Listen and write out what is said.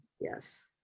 Yes